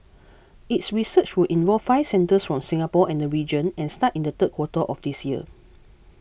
its research will involve five centres from Singapore and the region and start in the third quarter of this year